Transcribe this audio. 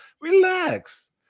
Relax